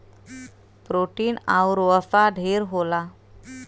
protein आउर वसा ढेर होला